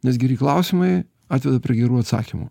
nes geri klausimai atveda prie gerų atsakymų